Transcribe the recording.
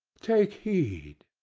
take heed!